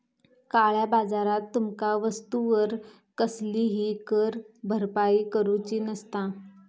काळया बाजारात तुमका वस्तूवर कसलीही कर भरपाई करूची नसता